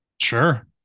sure